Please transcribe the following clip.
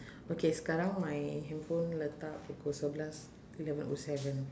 okay sekarang my handphone letak pukul sebelas eleven O seven